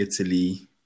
Italy